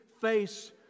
face